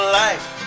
life